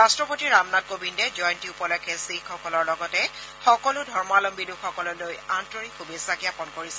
ৰাষ্টপতি ৰামনাথ কোবিন্দে জয়ন্তী উপলক্ষে শিখসকলৰ লগতে সকলো ধৰ্মৱলম্বী লোকসকললৈ আন্তৰিক শুভেচ্ছা জ্ঞাপন কৰিছে